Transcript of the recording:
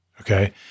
Okay